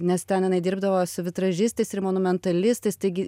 nes ten jinai dirbdavo su vitražistais ir monumentalistais taigi